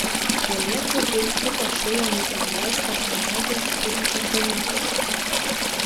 galėtų ir kitos šilumai imlias technologijas turinčios gamyklos